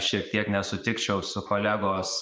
šiek tiek nesutikčiau su kolegos